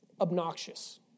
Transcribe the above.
Obnoxious